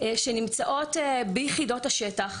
שנמצאות ביחידות השטח.